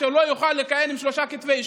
שלא יוכל לכהן עם שלושה כתבי אישום.